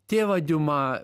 tėvą diuma